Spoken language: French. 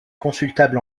consultable